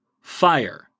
fire